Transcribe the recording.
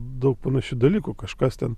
daug panašių dalykų kažkas ten